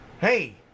Hey